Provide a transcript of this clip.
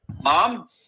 mom